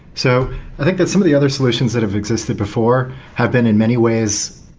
so i think that some of the other solutions that have existed before have been, in many ways,